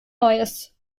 neues